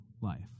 life